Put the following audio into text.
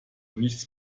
nichts